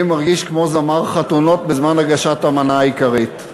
אני מרגיש כמו זמר חתונות בזמן הגשת המנה העיקרית,